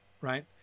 right